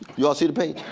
you all see the page?